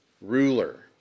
ruler